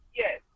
yes